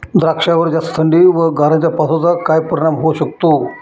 द्राक्षावर जास्त थंडी व गारांच्या पावसाचा काय परिणाम होऊ शकतो?